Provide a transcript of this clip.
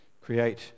create